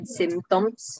symptoms